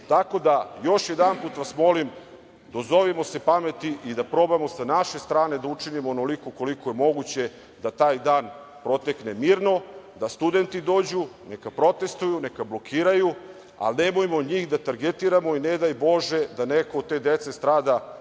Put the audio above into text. glavu. Još jedanput vas molim, dozovimo se pameti i da probamo sa naše strane da učinimo onoliko koliko je moguće da taj dan protekne mirno, da studenti dođu. Neka protestuju, neka blokiraju, ali nemojmo njih da targetiramo i ne daj bože da neko od te dece strada,